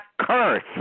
curse